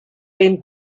ben